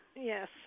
yes